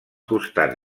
costats